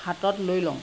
হাতত লৈ লওঁ